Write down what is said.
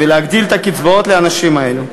להגדיל את הקצבאות לאנשים אלה.